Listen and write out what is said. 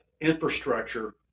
infrastructure